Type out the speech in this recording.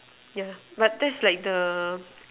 yeah but that's like the